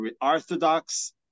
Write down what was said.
orthodox